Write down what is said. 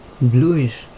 bluish